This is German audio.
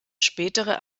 spätere